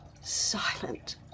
silent